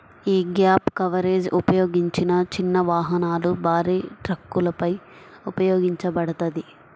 యీ gap coverage ఉపయోగించిన చిన్న వాహనాలు, భారీ ట్రక్కులపై ఉపయోగించబడతది